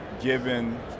given